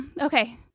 Okay